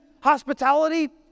hospitality